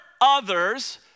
others